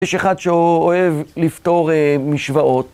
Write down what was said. יש אחד שאוהב לפתור משוואות.